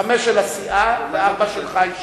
חמש של הסיעה וארבע שלך אישית.